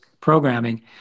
programming